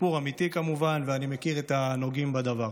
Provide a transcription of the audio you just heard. סיפור אמיתי, כמובן, ואני מכיר את הנוגעים בדבר.